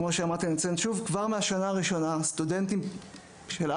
כמו שאמרתי אני אציין שוב: מהשנה הראשונה סטודנטים בוגרי